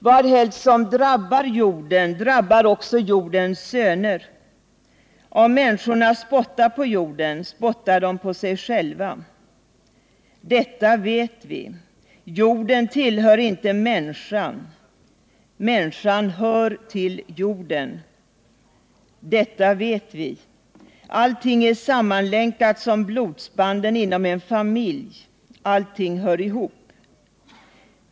Vadhelst som drabbar jorden drabbar också jordens söner. Om människorna spottar på jorden, spottar de på sig själva. Detta vet vi. Jorden tillhör inte människan, människan hör till jorden. Detta vet vi. Allting är sammanlänkat som blodsbanden inom en familj. Allting hör ihop.